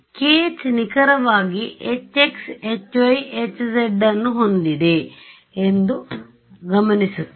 khನಿಖರವಾಗಿ hx hy hz ಅನ್ನು ಹೊಂದಿದೆ ಎಂದುಗಮನಿಸುತ್ತೇವೆ